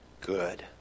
good